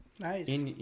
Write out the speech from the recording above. Nice